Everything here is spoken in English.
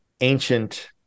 ancient